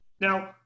Now